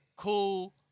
Cool